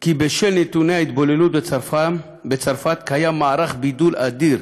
כי בשל נתוני ההתבוללות בצרפת יש מערך בידול אדיר